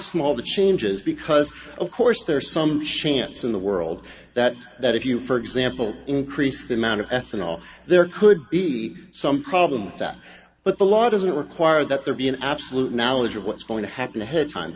small the changes because of course there are some chance in the world that that if you for example increase the amount of ethanol there could be some problem with that but the law doesn't require that there be an absolute knowledge of what's going to happen ahead time